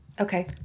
okay